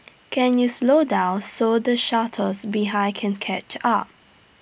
can you slow down so the shuttles behind can catch up